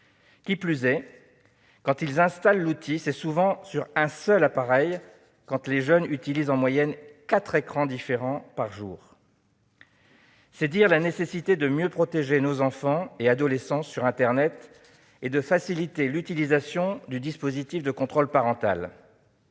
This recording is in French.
Qui plus est, quand ils installent cet outil, ils ne le font souvent que sur un seul appareil. Or les jeunes utilisent en moyenne quatre écrans différents par jour. C'est dire combien il est nécessaire de mieux protéger nos enfants et nos adolescents sur internet, et de faciliter l'utilisation du dispositif de contrôle parental.